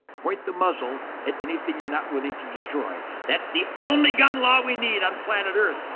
point the muzzle at anything you're not willing to destroy. that's the only gun law we need on planet earth.